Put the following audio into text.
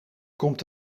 komt